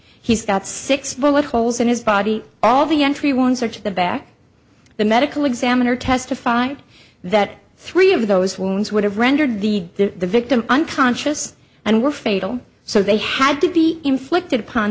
he's got six bullet holes in his body all the entry wounds are to the back the medical examiner testified that three of those wounds would have rendered the the victim unconscious and were fatal so they had to be inflicted upon